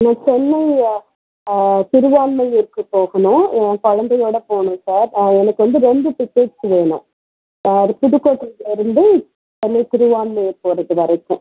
நான் சென்னை திருவான்மியூருக்கு போகணும் என் கொழந்தையோட போகணும் சார் எனக்கு வந்து ரெண்டு டிக்கெட்ஸ் வேணும் அது புதுக்கோட்டையில் இருந்து அந்த திருவான்மியூர் போகிறது வரைக்கும்